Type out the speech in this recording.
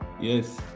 Yes